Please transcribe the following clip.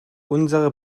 unsere